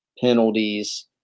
penalties